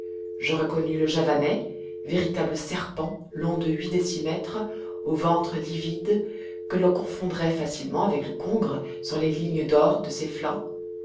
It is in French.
je reconnus le javanais véritable serpent long de huit décimètres au ventre livide que l'on confondrait facilement avec le congre sans les lignes d'or de ses flancs